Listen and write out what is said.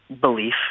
belief